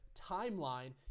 timeline